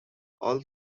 all